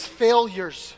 failures